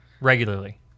regularly